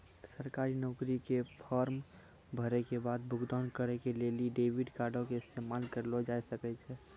सरकारी नौकरी के फार्म भरै के बाद भुगतान करै के लेली डेबिट कार्डो के इस्तेमाल करलो जाय सकै छै